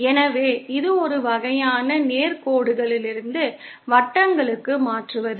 எனவே இது ஒரு வகையான நேர் கோடுகளிலிருந்து வட்டங்களுக்கு மாற்றுவது